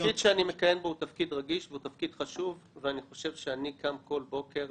לכן אני מבקש, ברשותך, לשאול שאלות בכן ולא.